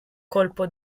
colpo